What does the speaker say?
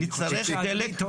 נצטרך דלק.